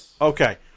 Okay